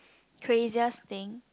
craziest thing